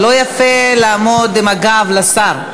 לא יפה לעמוד עם הגב לשר.